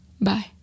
Bye